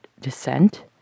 descent